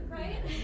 right